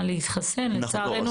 פי ארבע יחסית לחיסון הרגיל.